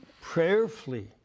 prayerfully